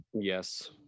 Yes